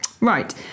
right